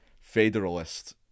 federalist